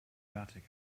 fertig